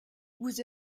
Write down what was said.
vous